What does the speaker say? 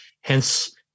Hence